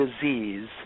disease